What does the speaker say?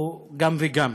או גם וגם,